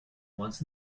once